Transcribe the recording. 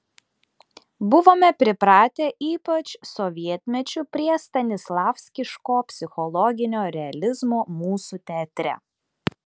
buvome pripratę ypač sovietmečiu prie stanislavskiško psichologinio realizmo mūsų teatre